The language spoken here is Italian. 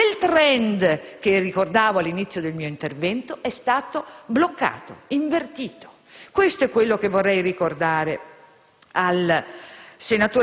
e quel *trend* che ricordavo all'inizio del mio intervento è stato bloccato, invertito. Questo è quello che vorrei ricordare al